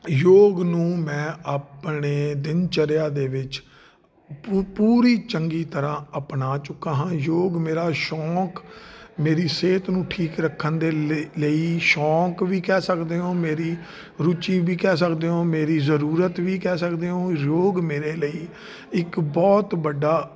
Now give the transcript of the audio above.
ਯੋਗ ਨੂੰ ਮੈਂ ਆਪਣੇ ਦਿਨ ਚਰਿਆ ਦੇ ਵਿੱਚ ਪੂ ਪੂਰੀ ਚੰਗੀ ਤਰ੍ਹਾਂ ਅਪਣਾ ਚੁੱਕਾ ਹਾਂ ਯੋਗ ਮੇਰਾ ਸ਼ੌਂਕ ਮੇਰੀ ਸਿਹਤ ਨੂੰ ਠੀਕ ਰੱਖਣ ਦੇ ਲ ਲਈ ਸ਼ੌਂਕ ਵੀ ਕਹਿ ਸਕਦੇ ਹੋ ਮੇਰੀ ਰੁਚੀ ਵੀ ਕਹਿ ਸਕਦੇ ਹੋ ਮੇਰੀ ਜ਼ਰੂਰਤ ਵੀ ਕਹਿ ਸਕਦੇ ਹੋ ਯੋਗ ਮੇਰੇ ਲਈ ਇੱਕ ਬਹੁਤ ਵੱਡਾ